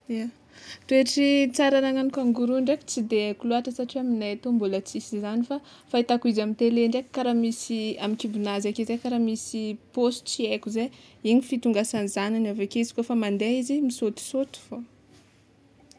Ia, toetry tsara agnanan'ny kangoroa ndraiky tsy de haiko loatra satria aminay atô mbola tsisy zany fa fahitako izy amy tele ndraiky kara misy aly kibonazy ake kara misy paosy tsy aiko zay igny fitongasany zagnany avake izy kôfa mande izy misaotisaoty fôgna.